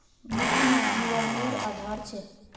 मिटटी जिवानेर आधार छे